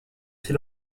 ces